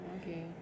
Okay